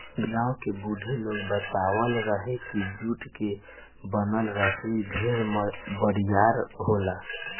गांव के बुढ़ लोग बतावत रहे की जुट के बनल रसरी ढेर बरियार होला